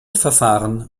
verfahren